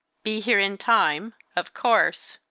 be here in time of course!